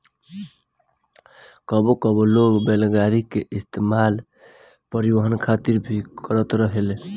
कबो कबो लोग बैलगाड़ी के इस्तेमाल परिवहन खातिर भी करत रहेले